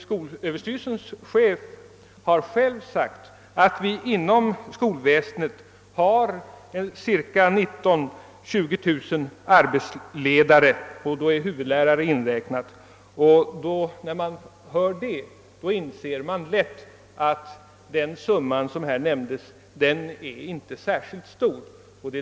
Skolöverstyrelsens chef har emellertid själv uppgett att vi inom skolväsendet har 19 000 å 20 000 arbetsledare — i detta antal har även räknats in huvudlärare. När man hör detta inser man lätt att den summa som här nämndes inte är särskilt stor.